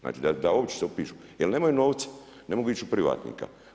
Znači da uopće se upišu jer nemaju novca, ne mogu ići u privatnik.